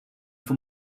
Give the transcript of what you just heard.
for